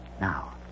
Now